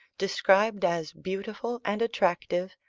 described as beautiful and attractive,